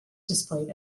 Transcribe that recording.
displayed